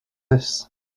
this